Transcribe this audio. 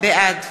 בעד